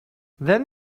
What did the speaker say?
then